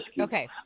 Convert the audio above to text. Okay